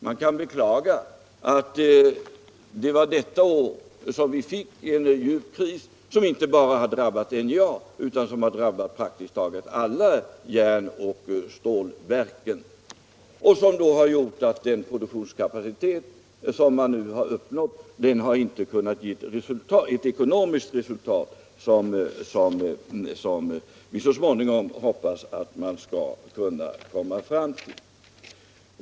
Man kan beklaga att vi detta år fick en djup kris som inte bara drabbade NJA utan praktiskt taget alla järn och stålverk och som gjorde att den produktionskapacitet som nu uppnåtts inte har kunnat ge det ekonomiska resultat som vi hoppas att så småningom komma fram till.